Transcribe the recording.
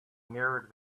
mirrored